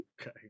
Okay